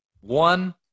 One